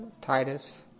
Titus